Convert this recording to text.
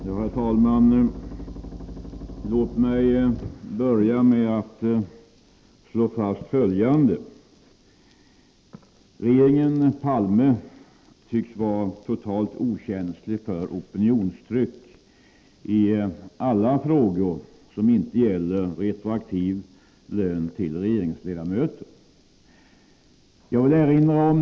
Herr talman! Låt mig börja med att slå fast följande. Regeringen Palme tycks vara totalt okänslig för opinionstryck i alla frågor som inte gäller retroaktiv lön till regeringsledamöter.